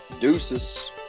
Deuces